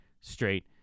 straight